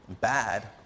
Bad